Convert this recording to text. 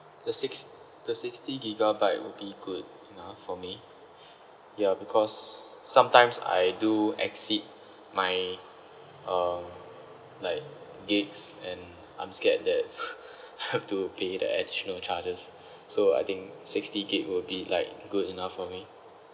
the six~ the sixty gigabyte will be good enough for me ya because sometimes I do exceed my uh like gigs and I'm scared that I have to pay the additional charges so I think sixty gig will be like good enough for me